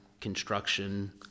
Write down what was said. construction